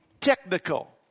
technical